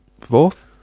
Fourth